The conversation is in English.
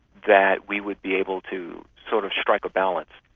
that we would be able to sort of strike a balance.